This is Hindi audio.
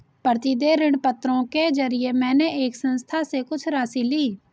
प्रतिदेय ऋणपत्रों के जरिये मैंने एक संस्था से कुछ राशि ली